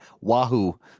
wahoo